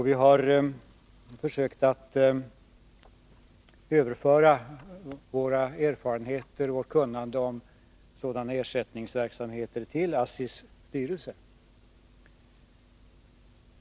Vi har försökt att överföra våra erfarenheter och vårt kunnande om sådana ersättningsverksamheter till ASSI:s styrelse.